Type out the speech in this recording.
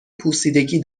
پوسیدگی